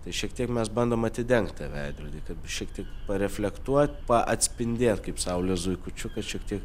tai šiek tiek mes bandom atidengt tą veidrodį kaip šiek tiek pareflektuot atspindėt kaip saulės zuikučiu kad šiek tiek